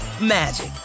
magic